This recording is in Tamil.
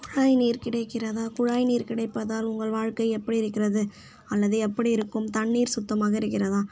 குழாய் நீர் கிடைக்கிறதா குழாய் நீர் கிடைப்பதால் உங்கள் வாழ்க்கை எப்படி இருக்கிறது அல்லது எப்படி இருக்கும் தண்ணீர் சுத்தமாக இருக்கிறதா